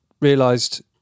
realised